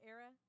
Era